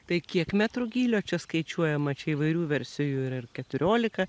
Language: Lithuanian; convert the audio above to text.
tai kiek metrų gylio čia skaičiuojama čia įvairių versijų ir keturiolika